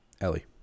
Ellie